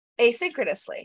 asynchronously